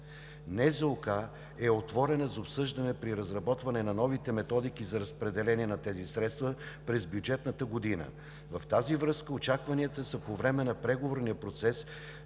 каса е отворена за обсъждане при разработване на новите методики за разпределение на тези средства през бюджетната година. В тази връзка очакванията са по време на преговорния процес